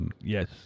Yes